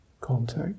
contact